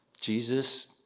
Jesus